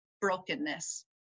brokenness